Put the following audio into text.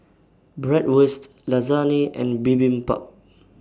Bratwurst Lasagne and Bibimbap